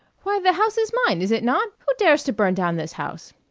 why, the house is mine, is it not? who dares to burn down this house?